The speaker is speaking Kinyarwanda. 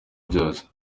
byose